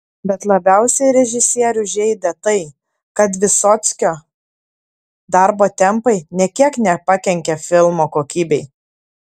bet labiausiai režisierių žeidė tai kad vysockio darbo tempai nė kiek nepakenkė filmo kokybei